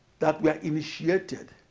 that were initiated